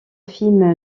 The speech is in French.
film